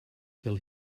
till